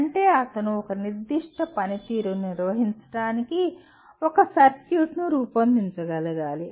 అంటే అతను ఒక నిర్దిష్ట పనితీరును నిర్వహించడానికి ఒక సర్క్యూట్ను రూపొందించగలగాలి